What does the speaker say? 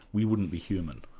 we wouldn't be human.